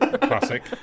Classic